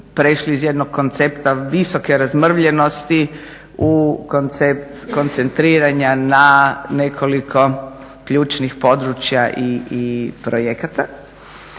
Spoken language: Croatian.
prešli i iz jednog koncepta visoke razmrvljenosti u koncept koncentriranja na nekoliko ključnih područja i projekata.